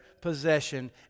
possession